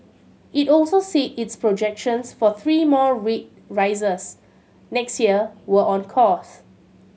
it also said its projections for three more rate rises next year were on course